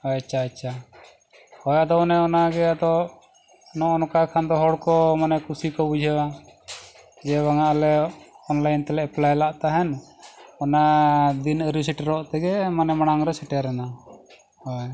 ᱟᱪᱪᱷᱟ ᱟᱪᱪᱷᱟ ᱦᱳᱭ ᱟᱫᱚ ᱚᱱᱮ ᱚᱱᱟᱜᱮ ᱟᱫᱚ ᱱᱚᱜᱼᱚ ᱱᱚᱝᱠᱟ ᱠᱷᱟᱱ ᱫᱚ ᱦᱚᱲᱠᱚ ᱢᱟᱱᱮ ᱠᱩᱥᱤ ᱠᱚ ᱵᱩᱡᱷᱟᱹᱣᱟ ᱡᱮ ᱵᱟᱝ ᱟᱞᱮ ᱛᱮᱞᱮ ᱞᱮᱫ ᱛᱟᱦᱮᱱ ᱚᱱᱟ ᱫᱤᱱ ᱟᱹᱣᱨᱤ ᱥᱮᱴᱮᱨᱚᱜ ᱛᱮᱜᱮ ᱢᱟᱱᱮ ᱢᱟᱲᱟᱝ ᱨᱮ ᱥᱮᱴᱮᱨ ᱮᱱᱟ ᱦᱳᱭ